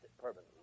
permanently